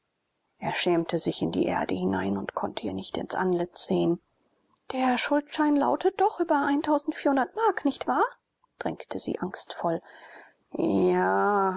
er schämte sich in die erde hinein und konnte ihr nicht ins antlitz sehen der schuldschein lautet doch über mark nicht wahr drängte sie angstvoll ja a